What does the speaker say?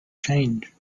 change